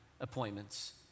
appointments